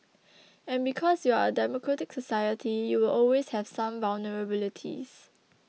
and because you're a democratic society you will always have some vulnerabilities